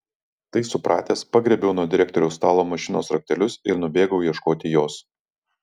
tai supratęs pagriebiau nuo direktoriaus stalo mašinos raktelius ir nubėgau ieškoti jos